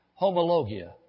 Homologia